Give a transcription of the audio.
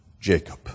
Jacob